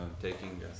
taking